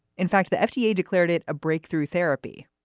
in fact the fda yeah declared it a breakthrough therapy.